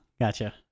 gotcha